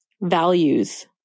values